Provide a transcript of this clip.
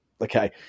okay